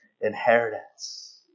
inheritance